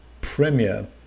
Premiere